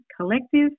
collective